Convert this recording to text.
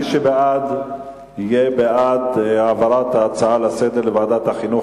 מי שבעד יהיה בעד העברת ההצעה לסדר-היום לוועדת החינוך,